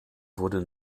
wurde